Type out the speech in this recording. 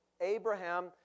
Abraham